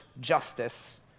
justice